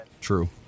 True